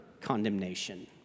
condemnation